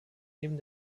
neben